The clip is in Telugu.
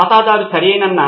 సిద్ధార్థ్ మాతురి సరిగ్గా